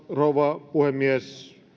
rouva puhemies